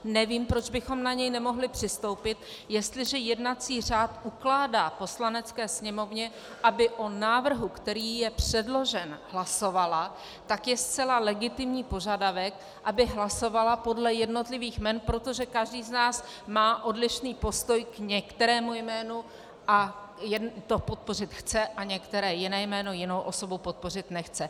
Nevím, proč bychom na něj nemohli přistoupit, jestliže jednací řád ukládá Poslanecké sněmovně, aby o návrhu, který je předložen, hlasovala, tak je zcela legitimní požadavek, aby hlasovala podle jednotlivých jmen, protože každý z nás má odlišný postoj k některému jménu, jedno podpořit chce a některé jiné jméno, jinou osobu podpořit nechce.